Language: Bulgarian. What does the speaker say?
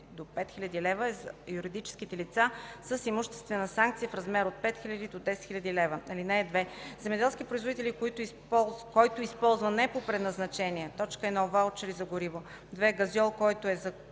до 5000 лева, а за юридическите лица с имуществена санкция в размер от 5000 до 10 000 лева. (2) Земеделски производител, който използва не по предназначение: 1. ваучери за гориво; 2. газьол, който е закупен